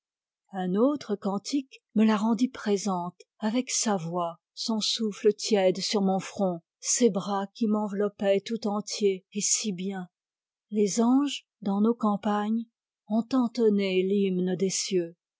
un autre cantique me la rendit présente avec sa voix son souffle tiède sur mon front ses bras qui m'enveloppaient tout entier et si bien les anges dans nos campagnes ont entonné l'hymne des cieux